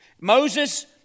Moses